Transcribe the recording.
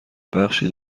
بخشی